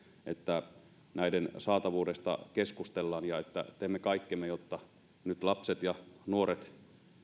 että näiden saatavuudesta keskustellaan ja että teemme kaikkemme jotta nyt lapset ja nuoret